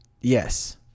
Yes